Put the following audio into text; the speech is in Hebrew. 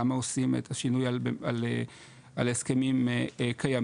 למה עושים את השינוי על הסכמים קיימים?